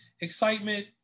excitement